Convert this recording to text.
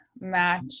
match